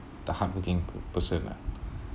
the hardworking person lah